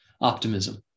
optimism